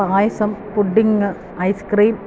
payasam pudding ice cream